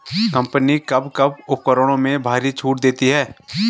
Company कब कब उपकरणों में भारी छूट देती हैं?